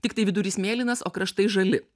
tiktai vidurys mėlynas o kraštai žali